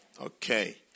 Okay